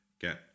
get